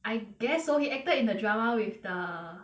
I guess so he acted in a drama with the